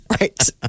right